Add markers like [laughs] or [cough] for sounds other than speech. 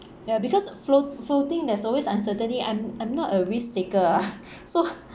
ya because float floating there's always uncertainty I'm I'm not a risk taker ah [laughs] so